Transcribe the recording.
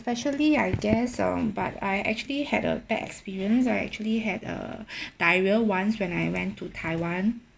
especially I guess um but I actually had a bad experience I actually had a diarrhea once when I went to taiwan